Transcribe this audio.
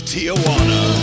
Tijuana